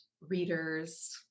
readers